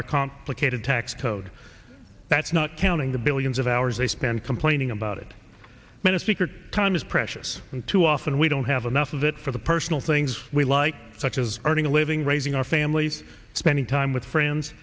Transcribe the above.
our complicated tax code that's not counting the billions of hours they spend complaining about it ministry car time is precious and too often we don't have enough of it for the personal things we like such as earning a living raising our families spending time with friends